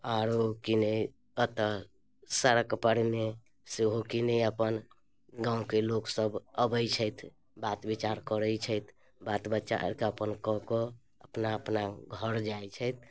आओर कि ने एतऽ सड़कपरमे सेहो किने अपन गामके लोकसब अबै छथि बात विचार करै छथि बात विचार कऽ अपन कऽ कऽ अपना अपना घर जाइ छथि